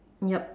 yup